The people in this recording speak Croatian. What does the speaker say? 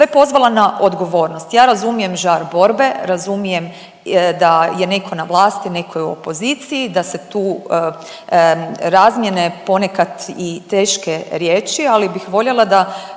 sve pozvala na odgovornost. Ja razumijem žar borbe, razumijem da je neko na vlasti, neko je u opoziciji, da se tu razmjene ponekad i teške riječi, ali bih voljela da